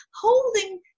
holding